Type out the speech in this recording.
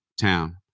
town